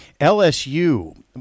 LSU